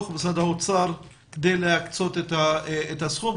ועל משרד האוצר כדי להקצות את הסכום.